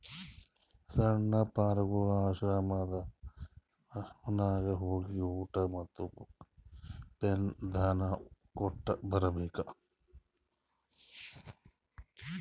ಸಣ್ಣು ಪಾರ್ಗೊಳ್ ಆಶ್ರಮನಾಗ್ ಹೋಗಿ ಊಟಾ ಮತ್ತ ಬುಕ್, ಪೆನ್ ದಾನಾ ಕೊಟ್ಟ್ ಬರ್ಬೇಕ್